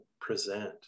present